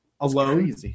alone